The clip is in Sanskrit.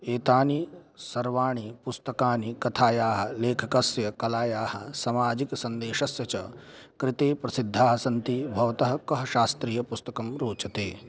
एतानि सर्वाणि पुस्तकानि कथायाः लेखकस्य कलायाः समाजिकसन्देशस्य च कृते प्रसिद्धाः सन्ति भवतः किं शास्त्रीयपुस्तकं रोचते